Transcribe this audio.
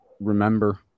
remember